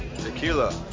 Tequila